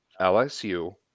LSU